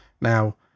now